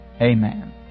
amen